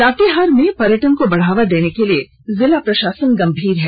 लातेहार में पर्यटन को बढ़ावा देने के लिए जिला प्रशासन गंभीर है